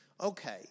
okay